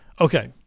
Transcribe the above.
Okay